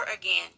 again